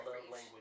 language